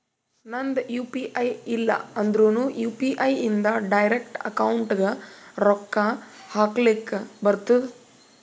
ನಂದ್ U P I ಇಲ್ಲ ಅಂದುರ್ನು ಯು.ಪಿ.ಐ ಇಂದ್ ಡೈರೆಕ್ಟ್ ಅಕೌಂಟ್ಗ್ ರೊಕ್ಕಾ ಹಕ್ಲಕ್ ಬರ್ತುದ್